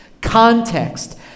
Context